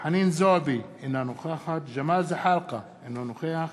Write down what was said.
חנין זועבי, אינה נוכחת ג'מאל זחאלקה, אינו נוכח